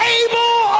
able